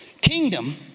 kingdom